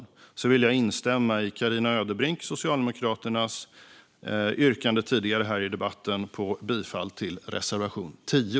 Med det vill jag instämma i Carina Ödebrinks och Socialdemokraternas yrkande tidigare i debatten när det gäller bifall till reservation 10.